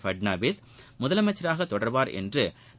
பட்னாவிஸ் முதலமைச்சராக தொடர்வார் என்று திரு